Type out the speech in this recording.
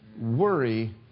worry